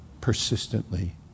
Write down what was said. persistently